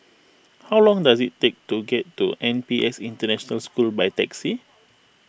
how long does it take to get to N P S International School by taxi